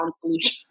solution